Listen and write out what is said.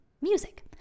music